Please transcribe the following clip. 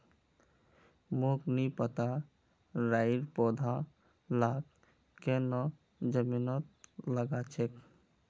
मोक नी पता राइर पौधा लाक केन न जमीनत लगा छेक